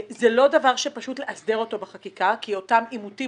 זה לא דבר שפשוט להסדיר אותו בחקיקה כי אותם עימותים